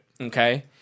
Okay